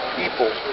people